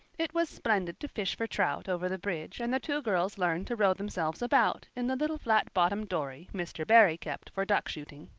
it was splendid to fish for trout over the bridge and the two girls learned to row themselves about in the little flat-bottomed dory mr. barry kept for duck shooting.